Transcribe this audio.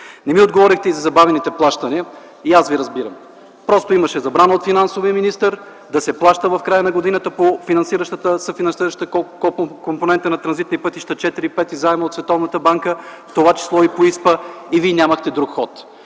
Не ми отговорихте и за забавените плащания. Аз Ви разбирам. Просто имаше забрана от финансовия министър да се плаща в края на годината по съфинансиращата компонента на транзитни пътища 4 и 5 заемът от Световната банка, в това число и ИСПА и Вие нямахте друг ход.